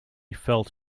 felt